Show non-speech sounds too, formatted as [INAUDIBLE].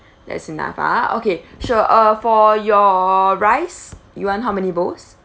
[BREATH] there's enough ah okay [BREATH] sure uh for your rice you want how many bowls